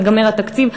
ייגמר התקציב,